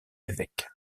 évêques